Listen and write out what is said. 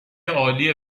عالی